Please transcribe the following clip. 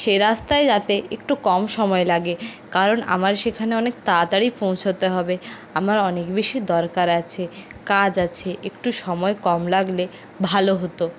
সে রাস্তায় যাতে একটু কম সময় লাগে কারণ আমার সেখানে অনেক তাড়াতাড়ি পৌঁছোতে হবে আমার অনেক বেশি দরকার আছে কাজ আছে একটু সময় কম লাগলে ভালো হতো